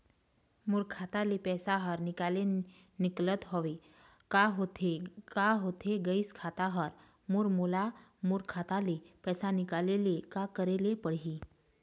मोर खाता ले पैसा हर निकाले निकलत हवे, का होथे गइस खाता हर मोर, मोला मोर खाता ले पैसा निकाले ले का करे ले पड़ही?